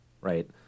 Right